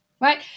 right